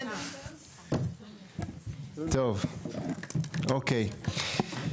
טוב, אוקיי.